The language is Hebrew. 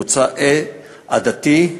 מוצא עדתי,